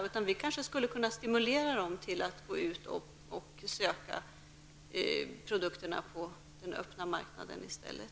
Vi skulle kanske kunna stimulera dessa tjänstemän att gå ut och söka produkterna på den öppna marknaden i stället.